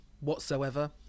whatsoever